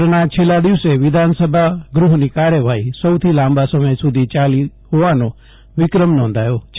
સત્રના છેલ્લાં દિવસે વિધાનસભા ગૂહની કાર્યવાહી સૌથી લાંબા સમય સુધી ચાલવાનો વિક્રમ નોંધાયો છે